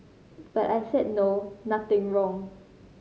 but I said no nothing wrong